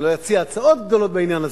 אני לא אציע הצעות גדולות בעניין הזה,